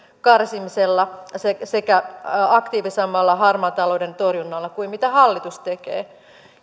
karsimisella sekä sekä aktiivisemmalla harmaan talouden torjunnalla kuin mitä hallitus tekee